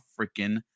freaking